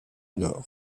nord